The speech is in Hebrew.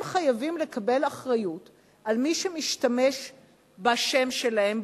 הם חייבים לקבל אחריות למי שמשתמש בשם שלהם,